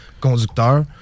conducteur